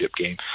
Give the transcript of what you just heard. game